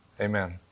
Amen